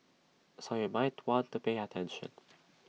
so you might want to pay attention